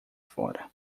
fora